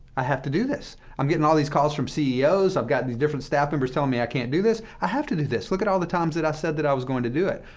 i have to do this. i'm getting all these calls from ceos. i've got these different staff members telling me i can't do this. i have to do this. look at all the times that i said that i was going to do it.